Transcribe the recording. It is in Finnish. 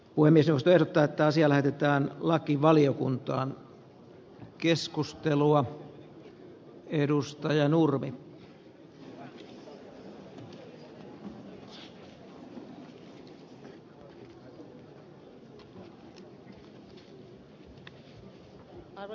uimiseosta ja päättää siellä ketään arvoisa puhemies